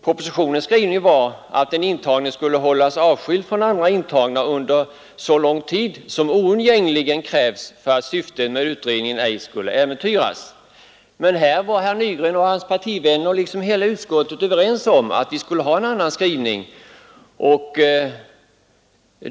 Propositionens skrivning var att den intagne skulle ”hållas avskild från andra intagna under så lång tid som oundgängligen kräves för att syftet med utredningen ej skall äventyras”. Men här var herr Nygren och hans partivänner liksom utskottet i övrigt överens om att vi skulle ha en annan skrivning.